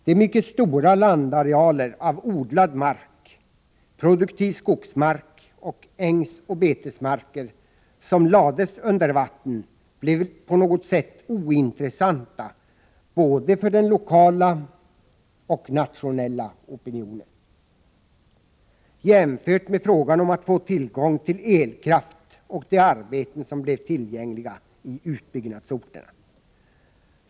De mycket stora landarealer av odlad mark, produktiv skogsmark och ängsoch betesmarker som lades under vatten blev på något sätt ointressanta både för den lokala och för den nationella opinionen, jämfört med frågan om att få tillgång till elkraft och de arbeten som blev tillgängliga i utbyggnadsorterna.